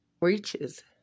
reaches